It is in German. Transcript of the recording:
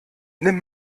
nimm